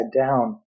Down*